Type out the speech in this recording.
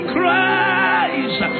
Christ